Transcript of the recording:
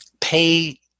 pay